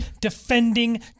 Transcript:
defending